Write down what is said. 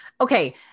okay